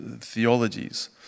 theologies